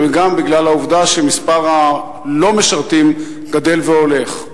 וגם בגלל העובדה שמספר הלא-משרתים גדל והולך.